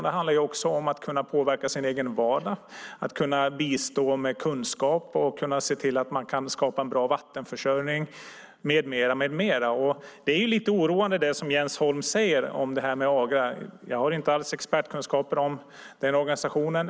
Det handlar också om att människor ska kunna påverka sin egen vardag, bistå med kunskap, se till att skapa en bra vattenförsörjning med mera. Det är lite oroande det som Jens Holm säger om Agra. Jag har inte alls expertkunskap om organisationen.